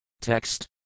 Text